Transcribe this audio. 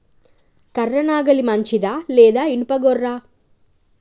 కర్ర నాగలి మంచిదా లేదా? ఇనుప గొర్ర?